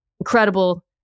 incredible